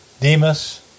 Demas